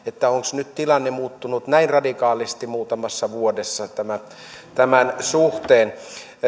onkos nyt tilanne muuttunut näin radikaalisti muutamassa vuodessa tämän suhteen